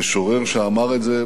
שאמר את זה בחייו.